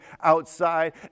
outside